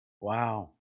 Wow